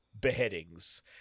beheadings